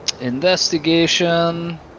Investigation